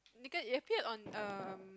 you appeared on err